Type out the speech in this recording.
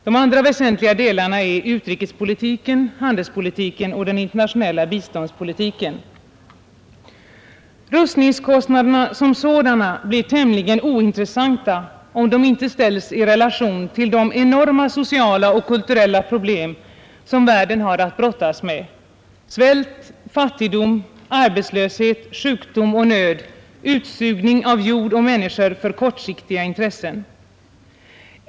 De andra väsentliga delarna är utrikespolitiken, handelspolitiken och den internationella biståndspolitiken. Rustningskostnaderna som sådana blir tämligen ointressanta om de inte ställs i relation till de enorma sociala och kulturella problem som världen har att brottas med — svält, fattigdom arbetslöshet, sjukdom och nöd, utsugning av jord och människor för kortsiktiga intressen.